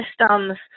systems